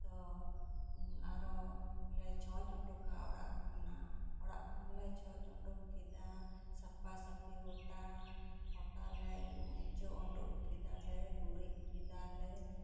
ᱟᱫᱚ ᱟᱨᱚ ᱞᱮ ᱪᱷᱚᱪ ᱩᱰᱩᱠᱟ ᱚᱲᱟᱜ ᱠᱷᱚᱱᱟᱜ ᱚᱲᱟᱜ ᱠᱷᱚᱱᱞᱮ ᱪᱷᱚᱪ ᱳᱰᱳᱠ ᱠᱮᱫᱟ ᱥᱟᱯᱷᱟ ᱥᱟᱯᱷᱤ ᱜᱚᱴᱟ ᱜᱚᱴᱟ ᱞᱮ ᱡᱚᱜᱽ ᱩᱰᱩᱜ ᱠᱮᱫᱟᱞᱮ ᱜᱩᱨᱤᱡᱽ ᱠᱮᱫᱟᱞᱮ